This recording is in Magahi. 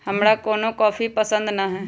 हमरा कोनो कॉफी पसंदे न हए